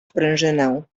sprężynę